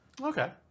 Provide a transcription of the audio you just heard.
Okay